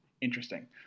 interesting